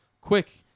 quick